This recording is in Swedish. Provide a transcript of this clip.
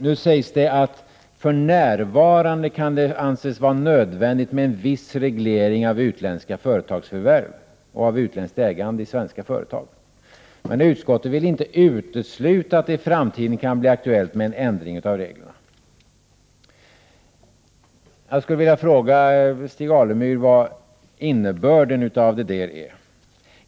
Det sägs att för närvarande kan det anses vara nödvändigt med en viss reglering av utländska företags förvärv och utländskt ägande i svenska företag, men utskottet vill inte utesluta att det i framtiden kan bli aktuellt med en ändring av reglerna. Jag skulle vilja fråga Stig Alemyr vad innebörden av det är.